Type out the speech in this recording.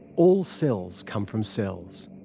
all cells come from cells.